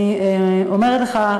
אני אומרת לך,